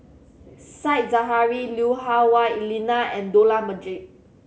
Said Zahari Lui Hah Wah Elena and Dollah Majid